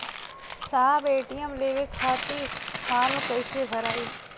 साहब ए.टी.एम लेवे खतीं फॉर्म कइसे भराई?